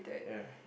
ya